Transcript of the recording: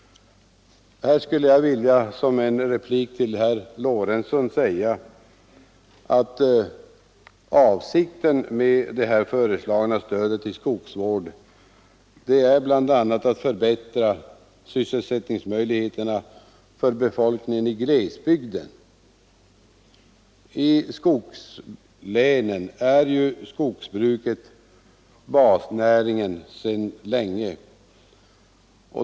Som en replik till herr Lorentzon skulle jag vilja säga att avsikten med det föreslagna stödet till skogsvård bl.a. är att förbättra sysselsättningsmöjligheterna för befolkningen i glesbygden. I skogslänen är ju skogsbruket sedan länge basnäringen.